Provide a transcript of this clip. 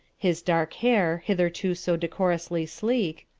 his dark hair, hitherto so decorously sleek,